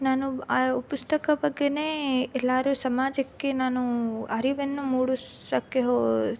ನಾನು ಪುಸ್ತಕ ಬಗ್ಗೆಯೇ ಎಲ್ಲರೂ ಸಮಾಜಕ್ಕೆ ನಾನು ಅರಿವನ್ನು ಮೂಡಿಸೋಕ್ಕೆ